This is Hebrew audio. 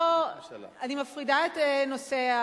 לא, אני מפרידה את הנושא.